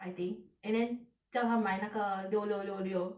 I think and then 叫他买那个六六六六